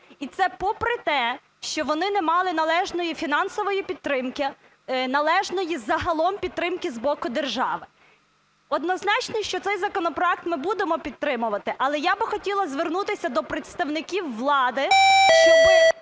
І це попри те, що вони не мали належної фінансової підтримки, належної загалом підтримки з боку держави. Однозначно, що цей законопроект ми будемо підтримувати. Але я б хотіла звернутися до представників влади, щоб